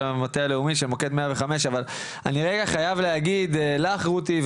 של המטה הלאומי של מוקד 105. אבל אני רגע חייב להגיד לך רותי,